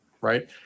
right